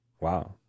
wow